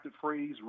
phrase